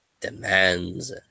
demands